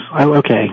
Okay